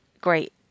great